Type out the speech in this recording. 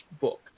book